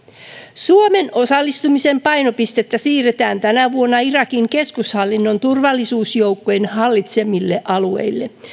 suomen osallistumisen painopistettä siirretään tänä vuonna irakin keskushallinnon turvallisuusjoukkojen hallitsemille alueille